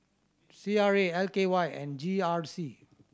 C R A L K Y and G R C